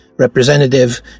Representative